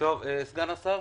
סגן השר,